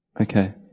Okay